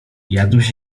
jadłeś